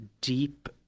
deep